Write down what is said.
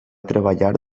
treballar